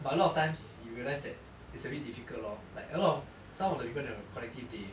but a lot of times you realise that it's a bit difficult lor like a lot of some of the people in the collective they